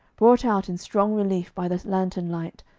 brought out in strong relief by the lantern-light,